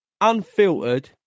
unfiltered